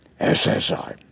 SSI